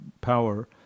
Power